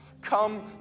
Come